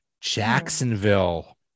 Jacksonville